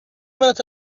minute